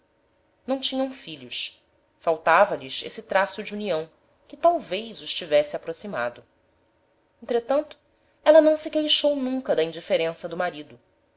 não tinham filhos faltava-lhes esse traço de união que talvez os tivesse aproximado entretanto ela não se queixou nunca da indiferença do marido